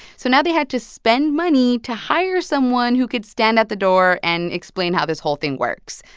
so now they had to spend money to hire someone who could stand at the door and explain how this whole thing works.